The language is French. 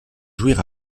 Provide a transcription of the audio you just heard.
jouir